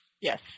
Yes